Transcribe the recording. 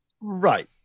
Right